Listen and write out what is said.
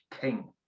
King